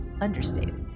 understated